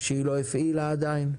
שהיא לא הפעילה עדיין,